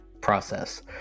process